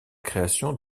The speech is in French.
création